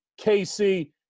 KC